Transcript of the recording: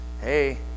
Hey